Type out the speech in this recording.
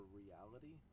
reality